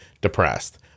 depressed